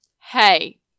hey